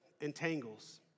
entangles